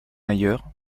ailleurs